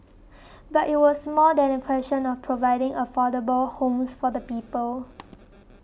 but it was more than a question of providing affordable homes for the people